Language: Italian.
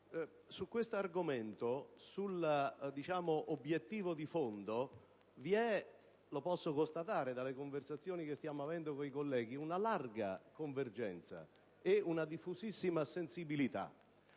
Signora Presidente, sull'obiettivo di fondo vi è - lo posso constatare dalle conversazioni che stiamo avendo con i colleghi - una larga convergenza e una diffusissima sensibilità.